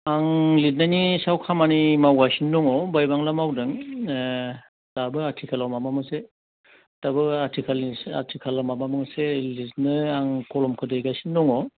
आं लिरनायनि सायाव खामानि मावगासिनो दङ बाहायबांला मावदों दाबो आथिखालाव माबा मोनसे दाबो आथिखालाव माबा मोनसे लिरनो आं कलमखौ दैगासिनो दङ